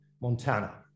Montana